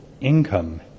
income